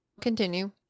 continue